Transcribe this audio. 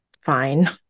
fine